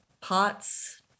pots